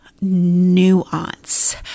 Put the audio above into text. nuance